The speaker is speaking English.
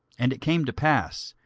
and it came to pass,